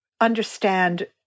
understand